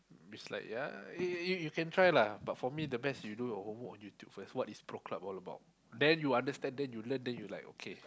is like ya you you you can try lah but for me the best you do your homework on YouTube first what is Pro Club all about then you understand then you learn then you like okay